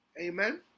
Amen